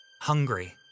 hungry